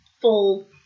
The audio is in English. full